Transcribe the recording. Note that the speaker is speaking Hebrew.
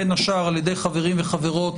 בין השאר על-ידי חברים וחברות